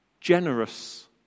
generous